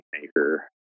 maker